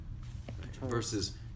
Versus